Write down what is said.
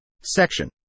Section